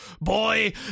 boy